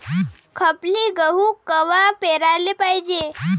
खपली गहू कवा पेराले पायजे?